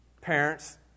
parents